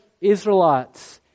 Israelites